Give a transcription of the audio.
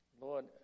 Lord